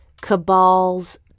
cabals